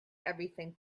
everything